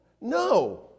no